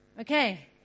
Okay